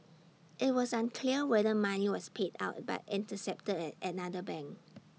IT was unclear whether money was paid out but intercepted at another bank